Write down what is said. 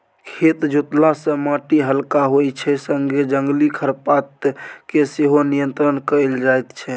खेत जोतला सँ माटि हलका होइ छै संगे जंगली खरपात केँ सेहो नियंत्रण कएल जाइत छै